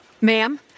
Ma'am